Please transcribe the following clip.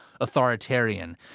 authoritarian